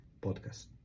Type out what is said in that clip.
podcast